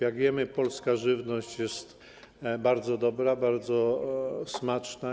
Jak wiemy, polska żywność jest bardzo dobra, bardzo smaczna.